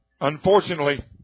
unfortunately